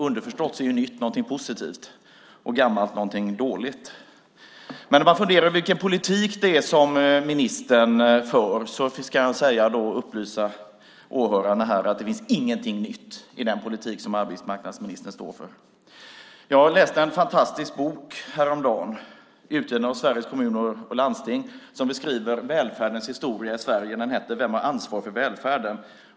Underförstått är ju något nytt något positivt och något gammalt är något dåligt. Men när det gäller den politik som arbetsmarknadsministern står för kan jag upplysa åhörarna här om att det inte finns något nytt i den. Jag läste häromdagen en fantastisk bok, utgiven av Sveriges Kommuner och Landsting, som beskriver välfärdens historia i Sverige. Den heter Vem har ansvar för välfärden?